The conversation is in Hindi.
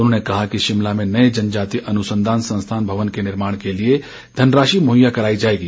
उन्होंने कहा कि शिमला में नए जनजातीय अनुसंधान संस्थान भवन के निर्माण के लिए भी धनराशि मुहैया करवाई जाएगी